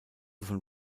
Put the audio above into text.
von